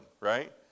right